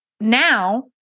now